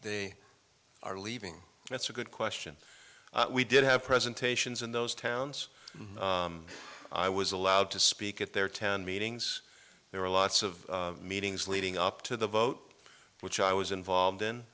they are leaving that's a good question we did have presentations in those towns i was allowed to speak at their town meetings there were lots of meetings leading up to the vote which i was involved in